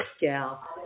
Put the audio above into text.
gal